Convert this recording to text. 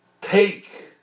take